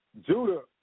Judah